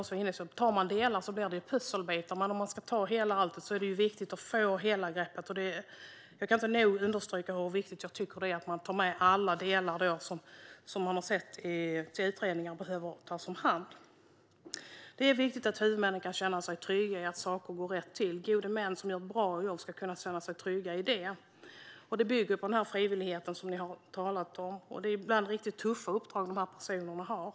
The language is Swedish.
Om man tar delar blir det pusselbitar, vilket Ola Johansson var inne på. Om man ska ta alltihop är det viktigt att få hela greppet. Jag kan inte nog understryka hur viktigt jag tycker att det är att man tar med alla delar som man i utredningar har sett behöver tas om hand. Det är viktigt att huvudmännen kan känna sig trygga med att saker går rätt till. Gode män som gör ett bra jobb ska kunna känna sig trygga med det. Detta bygger på den frivillighet som vi har talat om. Det är ibland riktigt tuffa uppdrag som dessa personer har.